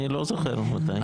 אני לא זוכר מתי.